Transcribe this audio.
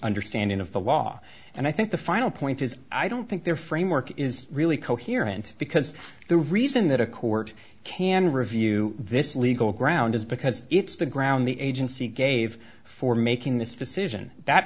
understanding of the law and i think the final point is i don't think there framework is really coherent because the reason that a court can review this legal ground is because it's the ground the agency gave for making this decision that